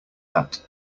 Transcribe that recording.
that